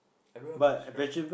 I don't know what to describe